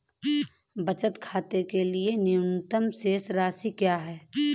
बचत खाते के लिए न्यूनतम शेष राशि क्या है?